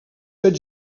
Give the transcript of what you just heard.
set